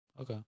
Okay